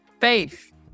Faith